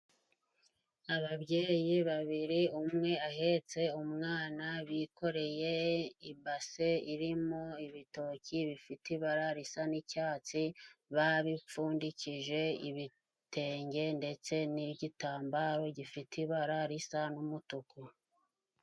Ababyeyi babiri umwe ahetse umwana bikoreye ibase irimo ibitoki bifite ibara risa n'icyatsi, babipfundikije ibitenge ndetse n'igitambaro gifite ibara risa n'umutuku.